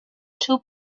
two